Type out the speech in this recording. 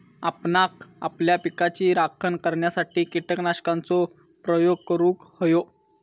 आपणांक आपल्या पिकाची राखण करण्यासाठी कीटकनाशकांचो प्रयोग करूंक व्हयो